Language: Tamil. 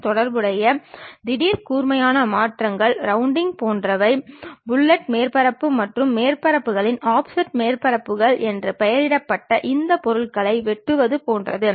எனவே அதனுடைய நன்மைகள் பச்சை வண்ண புள்ளிகளிலும் தீமைகள் அல்லது சிக்கல்கள் சிவப்பு வண்ண புள்ளிகளிலும் காட்டப்படுகின்றன